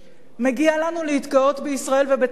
מגיע לנו להתגאות בישראל, ובצדק.